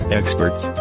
experts